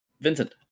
Vincent